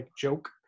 joke